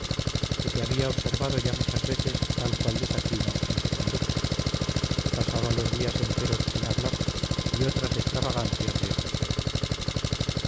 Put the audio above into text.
que se había observado ya muchas veces tal cual desatino en su conducta que pasaba los días enteros sin hablar y otras extravagancias de esta especie